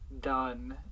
done